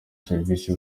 serivise